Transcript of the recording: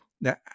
Now